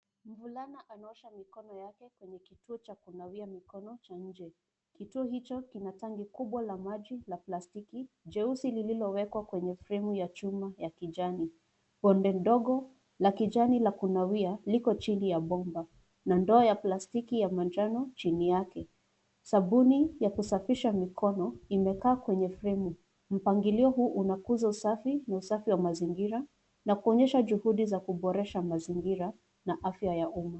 Mvulana anaosha mikono yake kwenye kituo cha kunawia mikono cha nje. Kituo hicho kina tangi kubwa la maji la plastiki jeusi lililowekwa kwenye fremu ya chuma ya kijani. Bonde ndogo la kijani la kunawia liko chini ya bomba na ndoo ya plastiki ya manjano chini yake. Sabuni ya kusafisha mikono imekaa kwenye fremu. Mpangilio huu unakuza usafi na usafi wa mazingira na kuonyesha juhudi za kuboresha mazingira na afya ya umma.